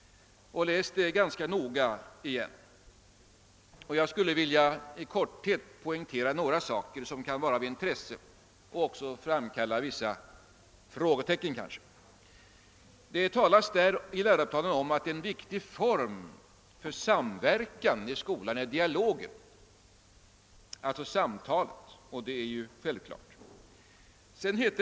Jag skulle i korthet vilja poängtera några saker som kan vara av intresse och som man kanske ställer sig något undrande till. Det talas i läroplanen om att »en viktig form för samverkan är dialogen, samtalet,» — det är ju självklart.